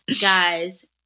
guys